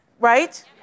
right